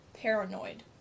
paranoid